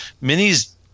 Mini's